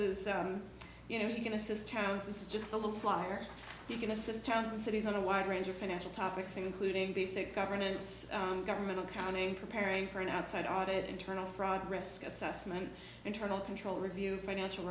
is you know you can assist towns it's just a little flyer you can assist towns and cities on a wide range of financial topics including basic governance government accounting preparing for an outside audit internal frog risk assessment internal control review financial